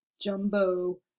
jumbo